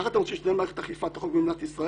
ככה אתם רוצים שתתנהל מערכת אכיפת החוק במדינת ישראל?